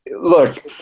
Look